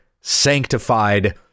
sanctified